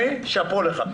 שאפו לך.